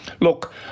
look